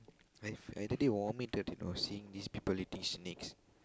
I've I've already vomit already you know seeing this people eating snakes